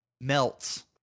melts